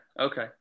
Okay